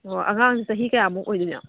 ꯑꯣ ꯑꯉꯥꯡꯁꯤ ꯆꯍꯤ ꯀꯌꯥꯃꯨꯛ ꯑꯣꯏꯗꯣꯏꯅꯣ